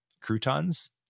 croutons